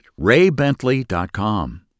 raybentley.com